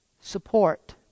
support